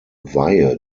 weihe